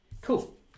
Cool